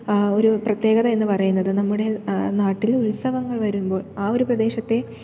ഒരു പ്രത്യേകത എന്നുപറയുന്നത് നമ്മുടെ നാട്ടിൽ ഉത്സവങ്ങൾ വരുമ്പോൾ ആ ഒരു പ്രദേശത്തെ